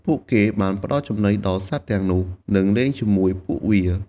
ពួកគេបានផ្តល់ចំណីដល់សត្វទាំងនោះ និងលេងជាមួយពួកវា។